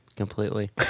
Completely